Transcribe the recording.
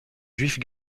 juifs